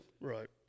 Right